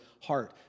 heart